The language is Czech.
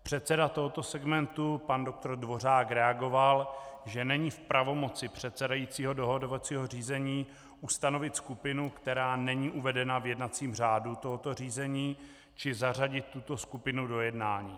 Předseda tohoto segmentu pan dr. Dvořák reagoval, že není v pravomoci předsedajícího dohodovacího řízení ustanovit skupinu, která není uvedena v jednacím řádu tohoto řízení, či zařadit tuto skupinu do jednání.